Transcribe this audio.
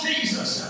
Jesus